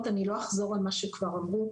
אני לא אחזור על מה שכבר אמרו,